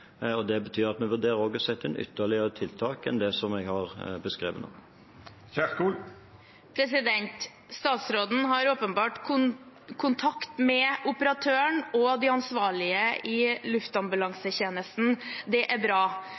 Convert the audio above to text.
og det betyr at vi også vurderer å sette inn ytterligere tiltak i tillegg til det jeg har beskrevet nå. Statsråden har åpenbart kontakt med operatøren og de ansvarlige i Luftambulansetjenesten. Det er bra.